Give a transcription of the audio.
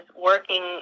working